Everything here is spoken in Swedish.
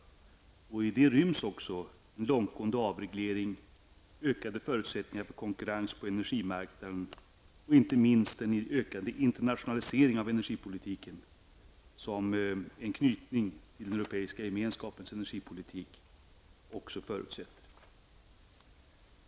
I detta ryms också en långtgående avreglering, ökade förutsättningar för konkurrens på energimarknaden och inte minst den ökade internationalisering av energipolitiken som en knytning till den europeiska gemenskapens energipolitik också förutsätter.